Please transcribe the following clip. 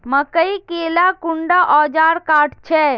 मकई के ला कुंडा ओजार काट छै?